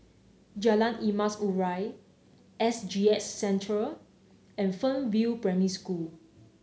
Jalan Emas Urai S G S Centre and Fernvale Primary School